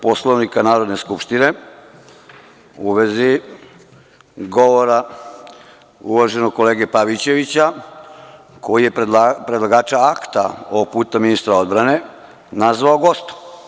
Poslovnika Narodne skupštine, u vezi govora uvaženog kolege Pavićevića, koji je predlagača akta, ovog puta ministra odbrane, nazvao gostom.